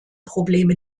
probleme